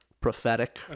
prophetic